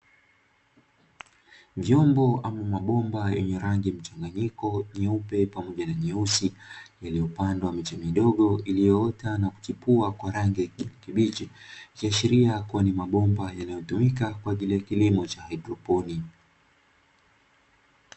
Vyombo au mabomba yenye rangi mchanganyiko nyeupe pamoja na nyeusi iliyopandwa miche midogo iliyoota na kuchipua kwa rangi ya kijani kibichi, ikiashilia kua ni mabomba yanayotumika kwa ajiri kilimo cha hydroponi.